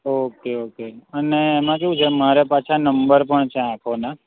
okay okay અને એમાં કેવું છે મારે પાછા નંબર પણ છે આંખોના